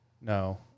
No